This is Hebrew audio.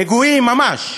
נגועים ממש.